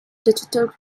digital